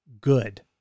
good